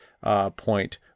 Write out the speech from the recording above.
point